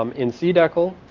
um in cdecl.